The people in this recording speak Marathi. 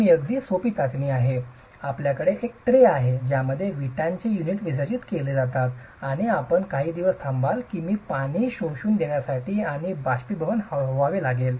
ही अगदी सोपी चाचणी आहे आपल्याकडे एक ट्रे आहे ज्यामध्ये विटांचे युनिट विसर्जित केले जातात आणि आपण काही दिवस थांबाल की पाणी शोषून घेण्यासाठी आणि बाष्पीभवन व्हावे लागेल